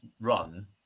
run